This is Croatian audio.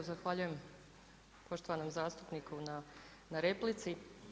Evo zahvaljujem poštovanom zastupniku na replici.